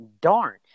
Darn